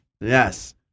Yes